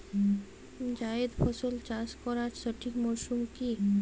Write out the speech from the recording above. জায়েদ ফসল চাষ করার সঠিক মরশুম কি?